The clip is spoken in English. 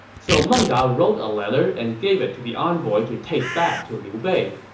so meng da wrote a letter and gave it to the envoy to take back to liu bei.